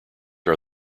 are